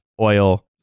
oil